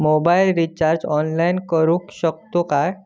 Mobile recharge online करुक शकतू काय?